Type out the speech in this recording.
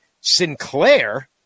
Sinclair